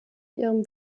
ihrem